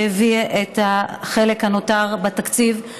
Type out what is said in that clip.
שהביא את החלק הנותר בתקציב,